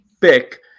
pick